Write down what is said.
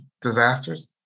disasters